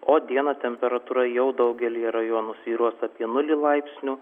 o dieną temperatūra jau daugelyje rajonų svyruos apie nulį laipsnių